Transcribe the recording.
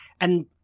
and-